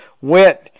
went